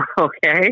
Okay